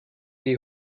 die